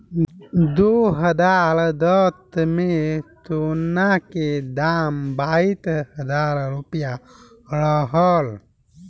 दू हज़ार दस में, सोना के दाम बाईस हजार रुपिया रहल